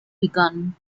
begun